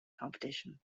competition